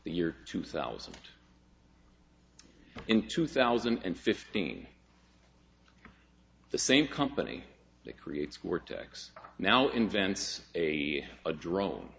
the year two thousand in two thousand and fifteen the same company that creates cortex now invents a a drone